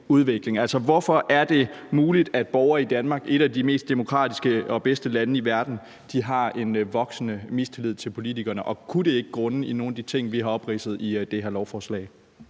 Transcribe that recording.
hvorfor er det muligt, at borgere i Danmark, et af de mest demokratiske og bedste lande i verden, har en voksende mistillid til politikerne? Kunne det ikke grunde i nogle af de ting, vi har opridset i det her beslutningsforslag?